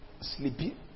sleepy